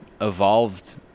evolved